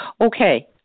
Okay